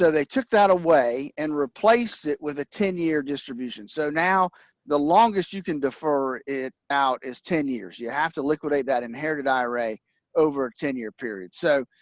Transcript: so they took that away and replaced it with a ten-year distribution, so now the longest you can defer it out is ten years. you have to liquidate that inherited ira over a ten-year period. so,